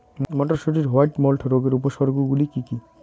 মটরশুটির white mould রোগের উপসর্গগুলি কী কী?